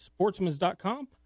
sportsmans.com